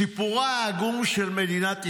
סיפורה העגום של מדינת ישראל,